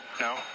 no